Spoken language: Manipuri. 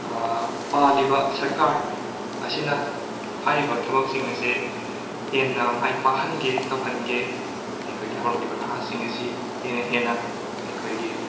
ꯄꯥꯜꯂꯤꯕ ꯁꯔꯀꯥꯔ ꯑꯁꯤꯅ ꯍꯥꯏꯔꯤꯕ ꯊꯕꯛꯁꯤꯡ ꯑꯁꯤ ꯍꯦꯟꯅ ꯃꯥꯏ ꯄꯥꯛꯍꯟꯒꯦ ꯇꯧꯍꯟꯒꯦ ꯑꯩꯈꯣꯏꯒꯤ ꯍꯧꯔꯛꯂꯤꯕ ꯅꯍꯥꯁꯤꯡ ꯑꯁꯤ ꯍꯦꯟꯅ ꯍꯦꯟꯅ ꯑꯩꯈꯣꯏꯒꯤ